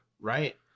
Right